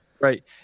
Right